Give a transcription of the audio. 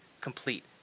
complete